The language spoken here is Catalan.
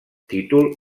títol